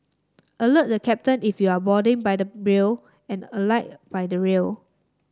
alert the captain if you're boarding by the and alight by the rear